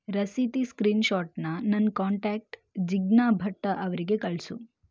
ರಸೀತಿ ಸ್ಕ್ರೀನ್ಶಾಟನ್ನು ನನ್ನ ಕಾಂಟ್ಯಾಕ್ಟ್ ಜಿಗ್ನಾ ಭಟ್ಟ ಅವರಿಗೆ ಕಳಿಸು